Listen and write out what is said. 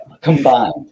combined